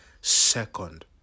second